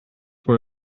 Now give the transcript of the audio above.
were